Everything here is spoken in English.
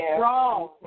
wrong